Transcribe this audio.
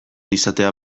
izatea